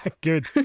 good